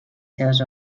seves